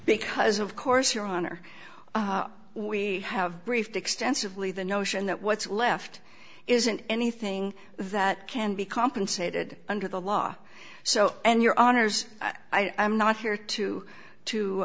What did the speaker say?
because of course your honor we have briefed extensively the notion that what's left isn't anything that can be compensated under the law so and your honors i'm not here to to